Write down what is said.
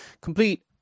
complete